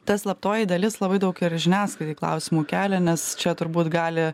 ta slaptoji dalis labai daug ir žiniasklaidai klausimų kelia nes čia turbūt gali